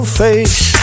face